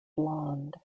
blonde